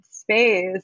space